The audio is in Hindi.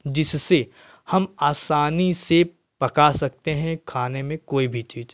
जिससे हम आसानी से पका सकते हैं खाने में कोई भी चीज़